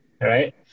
Right